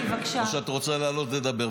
תני לי לדבר.